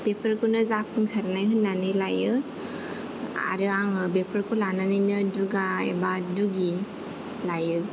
बेफोरखौनो जाफुंसारनाय होननानै लायो आरो आङो बेफोरखौ लानानैनो दुगा एबा दुगि लायो